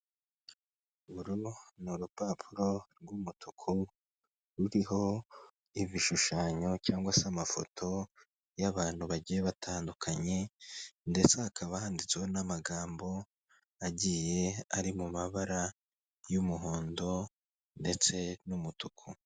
Uru ni urupapuro rw'umutuku ruriho ibishushanyo cyangwa se amafoto y'abantu bagiye batandukanye ndetse hakaba handitseho n'amagambo agiye ari mu mabara y'umuhondo ndetse n'umutuku.